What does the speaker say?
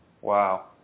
Wow